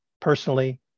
personally